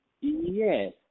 Yes